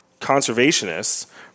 conservationists